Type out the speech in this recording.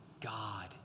God